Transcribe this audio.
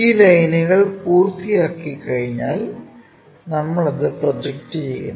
ഈ ലൈനുകൾ പൂർത്തിയാക്കിക്കഴിഞ്ഞാൽ നമ്മൾ അത് പ്രൊജക്റ്റ് ചെയ്യുന്നു